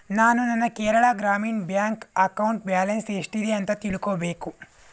ನಾನು ನನ್ನ Kerala Gramin bank account balance ಎಷ್ಟಿದೆ ಅಂತ ತಿಳ್ಕೋಬೇಕು